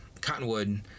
Cottonwood